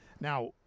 Now